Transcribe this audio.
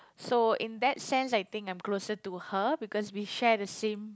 so in that sense I think I'm closer to her because we share the same